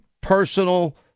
personal